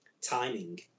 timing